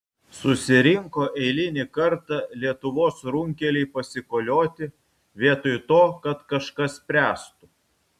susirinko eilinį kartą lietuvos runkeliai pasikolioti vietoj to kad kažką spręstų